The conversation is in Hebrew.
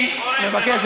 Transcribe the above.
אני מבקש,